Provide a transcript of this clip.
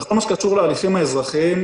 בכל הקשור להליכים אזרחיים,